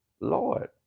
Lord